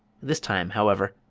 this time, however,